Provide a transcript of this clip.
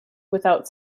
without